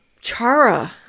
Chara